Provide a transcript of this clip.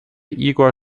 igor